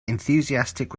enthusiastic